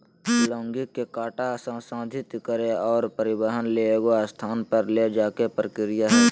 logging के काटा संसाधित करे और परिवहन ले एगो स्थान पर ले जाय के प्रक्रिया हइ